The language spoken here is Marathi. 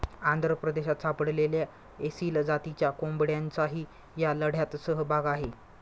आंध्र प्रदेशात सापडलेल्या एसील जातीच्या कोंबड्यांचाही या लढ्यात सहभाग आहे